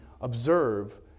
observe